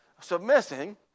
Submitting